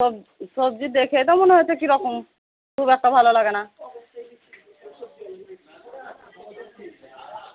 সব সবজি দেখেই তো মনে হচ্ছে কীরকম খুব একটা ভালো লাগে না